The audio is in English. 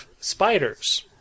Spiders